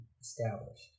established